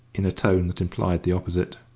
in a tone that implied the opposite.